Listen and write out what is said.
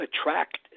attract